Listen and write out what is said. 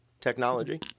technology